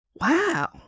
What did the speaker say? Wow